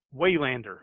Waylander